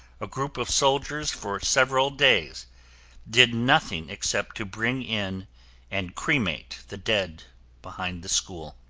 a group of soldiers for several days did nothing except to bring in and cremate the dead behind the school.